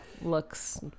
Looks